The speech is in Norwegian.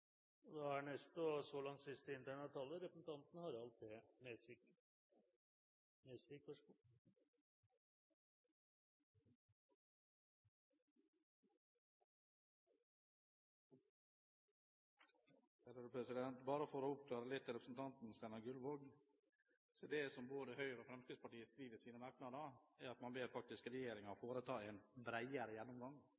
Bare for å oppklare litt for representanten Steinar Gullvåg: Det som Fremskrittspartiet og Høyre skriver i sine merknader, er at man ber